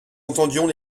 entendions